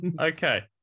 Okay